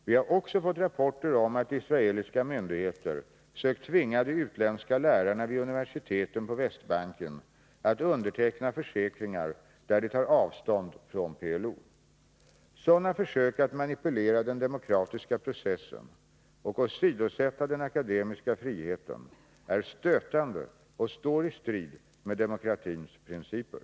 Vi har också fått rapporter om att israeliska myndigheter sökt tvinga de utländska lärarna vid universiteten på Västbanken att underteckna försäkringar där de tar avstånd från PLO. Sådana försök att manipulera den demokratiska processen och åsidosätta den akademiska friheten är stötande och står i strid med demokratins principer.